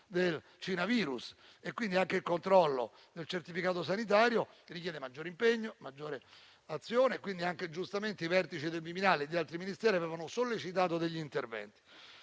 del Cina virus. Il controllo del certificato sanitario richiede un maggiore impegno e una maggiore azione; giustamente i vertici del Viminale e di altri Ministeri avevano sollecitato degli interventi.